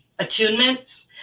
attunements